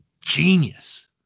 genius